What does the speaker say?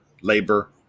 labor